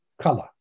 color